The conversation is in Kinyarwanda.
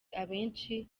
abenshi